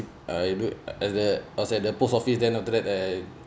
uh it look at the outside the post office then after that I